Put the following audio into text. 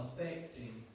affecting